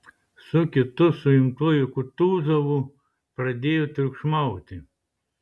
su kitu suimtuoju kutuzovu pradėjo triukšmauti